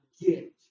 get